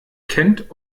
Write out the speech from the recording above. kennt